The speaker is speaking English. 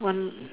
one